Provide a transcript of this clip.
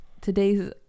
Today's